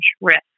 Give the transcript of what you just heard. risk